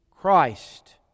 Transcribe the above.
Christ